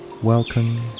Welcome